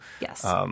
Yes